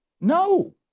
No